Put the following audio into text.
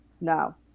now